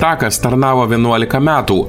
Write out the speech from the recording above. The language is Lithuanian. takas tarnavo vienuolika metų